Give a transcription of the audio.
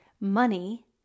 Money